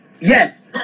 Yes